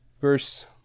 verse